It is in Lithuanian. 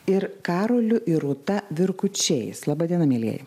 ir karoliu ir rūta virkučiais laba diena mielieji